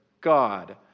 God